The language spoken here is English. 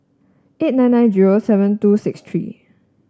eight nine nine zero seven two six three